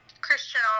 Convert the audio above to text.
Christian